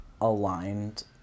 aligned